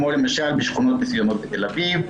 כמו למשל שכונות מסוימות בתל אביב,